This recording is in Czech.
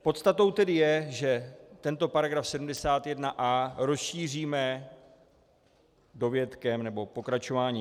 Podstatou tedy je, že tento § 71a rozšíříme dovětkem, nebo pokračováním.